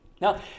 Now